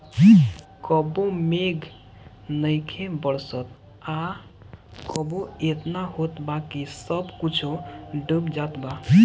कबो मेघ नइखे बरसत आ कबो एतना होत बा कि सब कुछो डूब जात बा